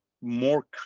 more